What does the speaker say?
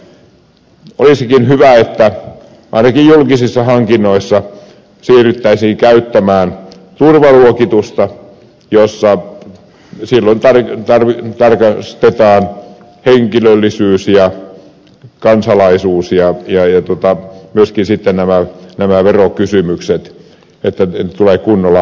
olisikin hyvä että ainakin julkisissa hankinnoissa siirryttäisiin käyttämään turhan jutusta jossa c ja silloin tällöin turvaluokitusta jolloin tarkistetaan henkilöllisyys ja kansalaisuus ja myöskin nämä verokysymykset että ne tulevat kunnolla hoidettua